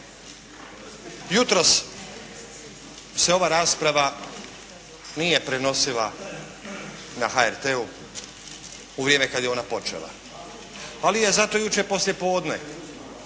Jutros se ova rasprava nije prenosila na HRT-u u vrijeme kada je ona počela, ali je zato jučer poslijepodne,